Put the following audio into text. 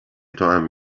توام